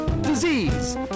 disease